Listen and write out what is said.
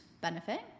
benefit